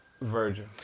Virgin